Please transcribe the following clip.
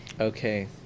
Okay